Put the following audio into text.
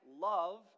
love